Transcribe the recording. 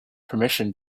permission